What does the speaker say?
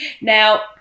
Now